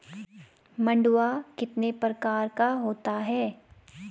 मंडुआ कितने प्रकार का होता है?